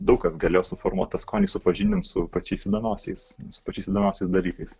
daug kas galėjo suformuot tą skonį supažindint su pačiais įdomiausiais pačiais įdomiausiais dalykais